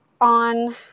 on